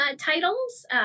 titles